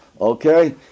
Okay